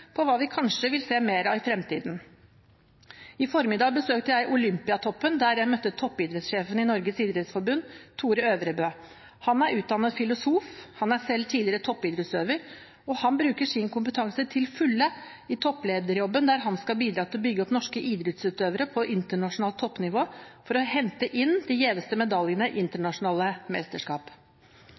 på hva vi kanskje vil se mer av i fremtiden. I formiddag besøkte jeg Olympiatoppen, der jeg møtte toppidrettssjefen i Norges idrettsforbund, Tore Øvrebø. Han er utdannet filosof, han er selv tidligere toppidrettsutøver, og han bruker sin kompetanse til fulle i topplederjobben, der han skal bidra til å bygge opp norske idrettsutøvere på internasjonalt toppnivå for å hente inn de gjeveste medaljene i internasjonale mesterskap.